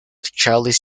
charles